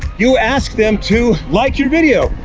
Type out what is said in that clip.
you ask them to like your video.